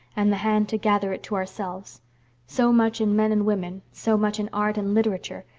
and the hand to gather it to ourselves so much in men and women, so much in art and literature,